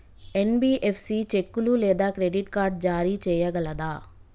NBFC చెక్కులు లేదా credit card జారీ చేయగలదా?